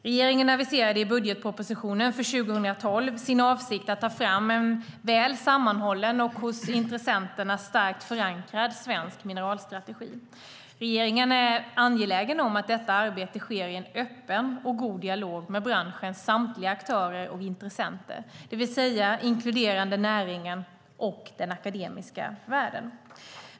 Regeringen aviserade i budgetpropositionen för 2012 sin avsikt att ta fram en väl sammanhållen och hos intressenterna starkt förankrad svensk mineralstrategi. Regeringen är angelägen om att detta arbete sker i en öppen och god dialog med branschens samtliga aktörer och intressenter, det vill säga inkluderande näringen och den akademiska världen.